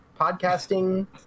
podcasting